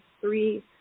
three